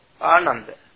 Ananda